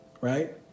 right